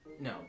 no